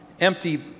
empty